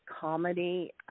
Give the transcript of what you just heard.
comedy